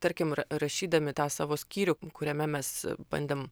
tarkim ra rašydami tą savo skyrių kuriame mes bandėm